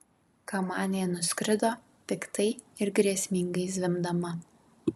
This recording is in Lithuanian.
kamanė nuskrido piktai ir grėsmingai zvimbdama